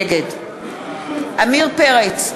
נגד עמיר פרץ,